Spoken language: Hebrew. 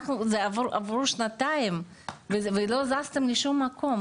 עברו שנתיים ולא זזתם לשום מקום,